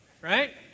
right